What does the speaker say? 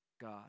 God